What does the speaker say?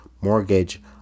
mortgage